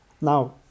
now